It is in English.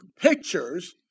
pictures